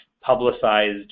publicized